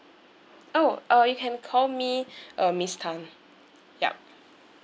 oh uh you can call me uh miss tan yup